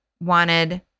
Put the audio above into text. wanted